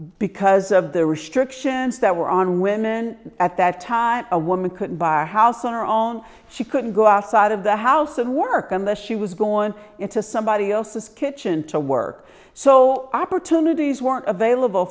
because of the restrictions that were on women at that time a woman couldn't buy a house on her own she couldn't go outside of the house and work unless she was going into somebody else's kitchen to work so opportunities were available